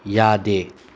ꯌꯥꯗꯦ